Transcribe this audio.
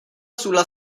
sulla